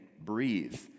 breathe